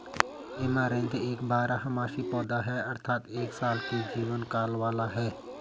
amaranth एक बारहमासी पौधा है अर्थात एक साल के जीवन काल वाला है